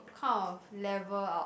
kind of level out